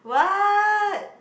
what